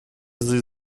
sie